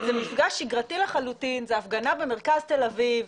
זה מפגש שגרתי לחלוטין, זה הפגנה במרכז תל אביב.